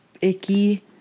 icky